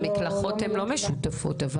המקלחות הן לא משותפות אבל.